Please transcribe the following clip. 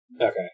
Okay